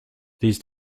these